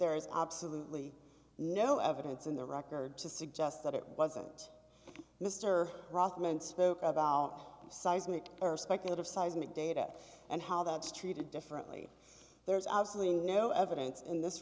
there is absolutely no evidence in the record to suggest that it wasn't mr rothman spoke about seismic or speculative seismic data and how that's treated differently there's absolutely no evidence in this